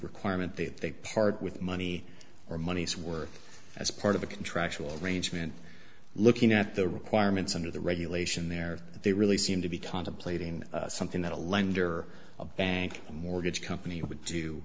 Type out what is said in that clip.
requirement that they part with money or moneys worth as part of a contractual arrangement looking at the requirements under the regulation there they really seem to be contemplating something that a lender a bank a mortgage company would do